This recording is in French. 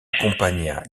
accompagna